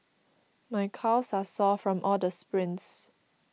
my calves are sore from all the sprints